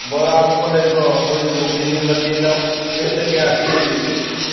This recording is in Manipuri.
ꯕꯣꯔꯥꯒꯨꯝꯕ ꯂꯩꯕ꯭ꯔꯣ ꯄ꯭ꯂꯦꯠꯇ ꯀꯌꯥ ꯄꯤꯔꯤꯅꯤ